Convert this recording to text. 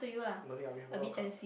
no need ah we have a lot of cards